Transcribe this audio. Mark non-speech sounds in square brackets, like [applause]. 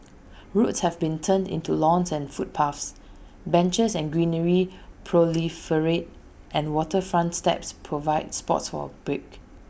[noise] roads have been turned into lawns and footpaths benches and greenery proliferate and waterfront steps provide spots for A break